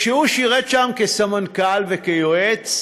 כשהוא שירת שם כסמנכ"ל וכיועץ,